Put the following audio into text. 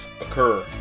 occur